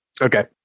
Okay